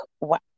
wow